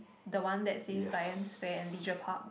the one that says science fair and leisure park